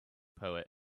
poet